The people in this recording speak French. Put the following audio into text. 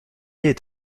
est